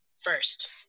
first